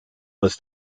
was